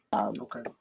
okay